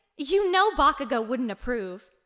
you know bakugo wouldn't approve.